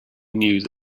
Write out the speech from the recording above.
knew